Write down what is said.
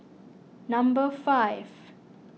number five